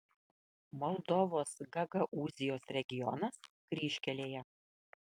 moldovos gagaūzijos regionas kryžkelėje